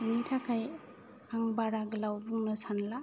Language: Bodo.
बेनि थाखाय आं बारा गोलाव बुंनो सानला